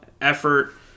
effort